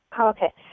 Okay